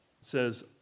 says